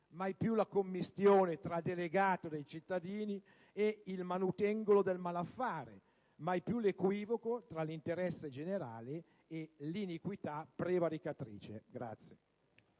mai più la commistione tra il delegato dei cittadini e il manutengolo del malaffare, mai più l'equivoco tra l'interesse generale e l'iniquità prevaricatrice.